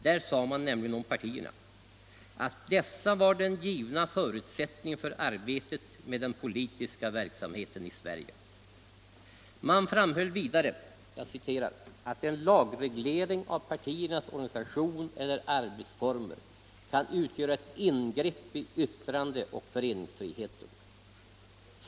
Där sade man nämligen om partierna att de var den givna förutsättningen för arbetet med den politiska verksamheten i Sverige. Man framhöll vidare, att en lagreglering av partiernas organisation eller arbetsformer kan utgöra ett ingrepp i yttrandeoch föreningsfriheten.